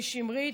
לשמרית,